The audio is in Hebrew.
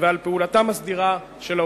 ועל פעולתם הסדירה של האוטובוסים.